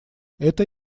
это